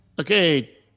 Okay